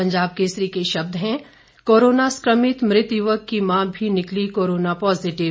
पंजाब केसरी का शीर्षक है कोरोना संक्रमित मृत युवक की मां भी निकली कोरोना पॉजिटिव